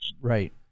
Right